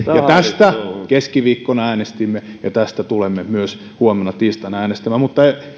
tästä keskiviikkona äänestimme ja tästä tulemme myös huomenna tiistaina äänestämään mutta